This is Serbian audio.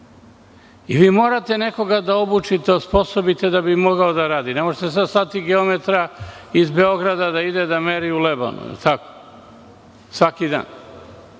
Morate da nekog obučite, osposobite da bi mogao da radi. Ne možete slati geometra iz Beograda da ide da meri u Lebane svaki dan.